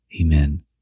Amen